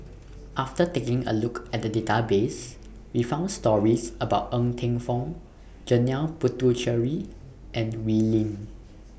after taking A Look At The Database We found stories about Ng Teng Fong Janil Puthucheary and Wee Lin